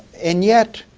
and yet